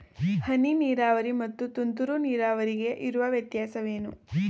ಹನಿ ನೀರಾವರಿ ಮತ್ತು ತುಂತುರು ನೀರಾವರಿಗೆ ಇರುವ ವ್ಯತ್ಯಾಸವೇನು?